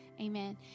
Amen